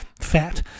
fat